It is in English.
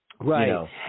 right